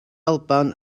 alban